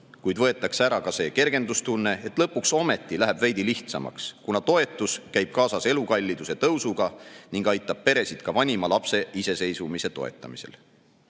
kuid võetakse ära ka see kergendustunne, et lõpuks ometi läheb veidi lihtsamaks, kuna toetus käib kaasas elukalliduse tõusuga ning aitab peresid ka vanima lapse iseseisvumise toetamisel.